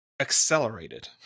accelerated